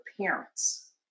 parents